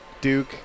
Duke